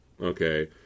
okay